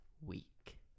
week